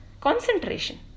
Concentration